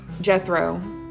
jethro